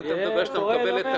כאן אתה מדבר על כך שאתה מקבל הכול.